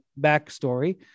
backstory